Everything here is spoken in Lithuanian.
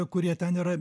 kurie ten yra